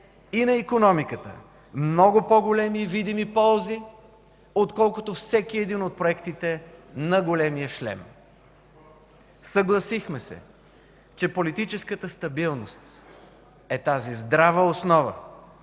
и на икономиката много по-големи видими ползи, отколкото всеки един от проектите на големия шлем. Съгласихме се, че политическата стабилност е тази здрава основа,